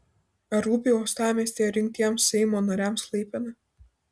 ar rūpi uostamiestyje rinktiems seimo nariams klaipėda